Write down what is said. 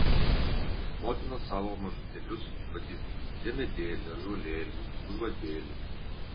motinos savo mažutėlius vadino diemedėli ąžuolėli užvadėli